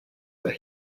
where